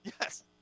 Yes